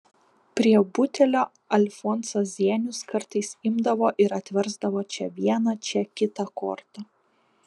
prie butelio alfonsas zienius kartais imdavo ir atversdavo čia vieną čia kitą kortą